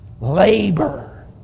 Labor